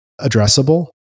addressable